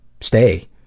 stay